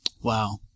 Wow